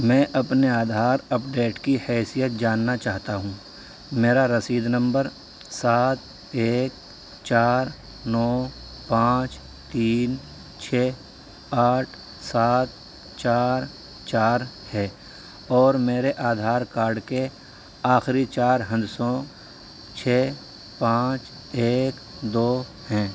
میں اپنے آدھار اپڈیٹ کی حیثیت جاننا چاہتا ہوں میرا رسید نمبر سات ایک چار نو پانچ تین چھ آٹھ سات چار چار ہے اور میرے آدھار کارڈ کے آخری چار ہندسوں چھ پانچ ایک دو ہیں